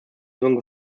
lösung